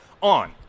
on